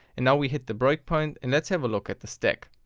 and now we hit the breakpoint and let's have a look at the stack.